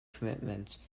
commitments